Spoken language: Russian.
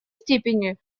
степени